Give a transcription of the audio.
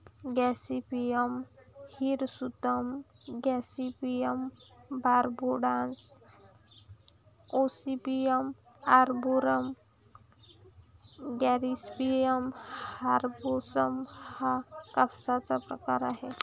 Gossypium हिरसुटम, गॉसिपियम बार्बाडान्स, ओसेपियम आर्बोरम, गॉसिपियम हर्बेसम हा कापसाचा प्रकार आहे